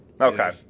okay